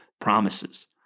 promises